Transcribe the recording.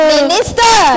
minister